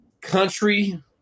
country